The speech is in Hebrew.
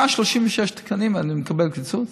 36 תקנים אני מקבל כקיצוץ?